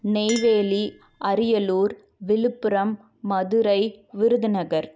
Neyveli Ariyalur Viluppuram Madurai Virudhunagar